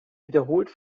wiederholt